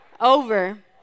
over